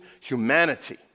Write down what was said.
humanity